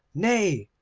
nay,